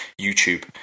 YouTube